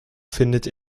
findet